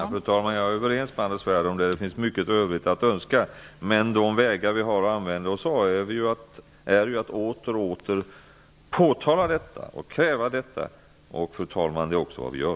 Fru talman! Jag är överens med Anders Svärd om att det finns mycket övrigt att önska. Men de vägar vi har att använda oss av är ju att åter och återigen kräva en ändring. Fru talman! Det är också vad vi gör.